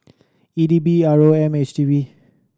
E D B R O M H D B